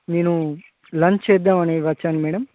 నేను లంచ్ చేద్దామని వచ్చాను మేడమ్